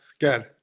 Good